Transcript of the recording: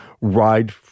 ride